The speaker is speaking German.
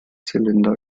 zylinder